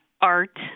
art